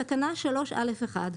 בתקנה 3(א1),